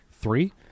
three